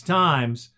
times